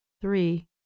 Three